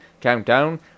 countdown